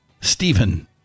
Stephen